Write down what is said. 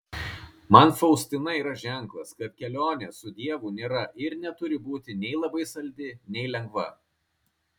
man faustina yra ženklas kad kelionė su dievu nėra ir neturi būti nei labai saldi nei lengva